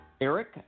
Eric